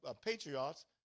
patriarchs